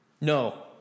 No